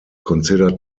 considered